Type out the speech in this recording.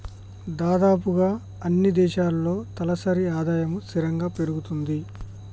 దాదాపుగా అన్నీ దేశాల్లో తలసరి ఆదాయము స్థిరంగా పెరుగుతది